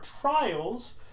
trials